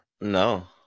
No